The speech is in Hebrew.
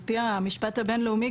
על-פי המשפט הבינלאומי,